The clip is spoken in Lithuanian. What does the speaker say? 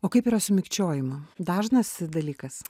o kaip yra mikčiojimu dažnas jis dalykas